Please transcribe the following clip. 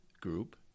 group